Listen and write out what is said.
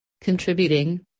Contributing